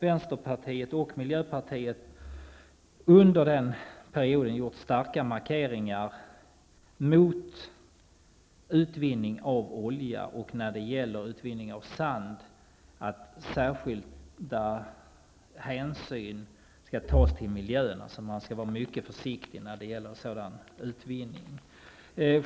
Vänsterpartiet och miljöpartiet gjorde under förra mandatperioden starka markeringar mot utvinning av olja och för att det när det gäller utvinning av sand skall tas särskilda hänsyn till miljön. Man skall alltså vara mycket försiktig vid sådan utvinning.